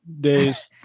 days